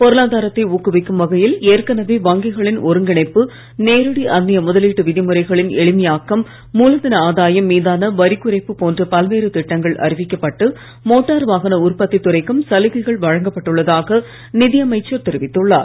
பொருளாதாரத்தை ஊக்குவிக்கும் வகையில் ஏற்கனவே வங்கிகளின் ஒருங்கிணைப்பு நேரடி அன்னிய முதலீட்டு விதிமுறைகளின் எளிமையாக்கம் மூலதன ஆதாயம் மீதான வரிக்குறைப்பு போன்ற பல்வேறு திட்டங்கள் அறிவிக்கப்பட்டு மோட்டார் வாகன உற்பத்தி துறைக்கும் சலுகைகள் வழங்கப்பட்டுள்ளதாக நிதி அமைச்சர் தெரிவித்துள்ளார்